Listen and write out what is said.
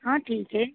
हाँ ठीक है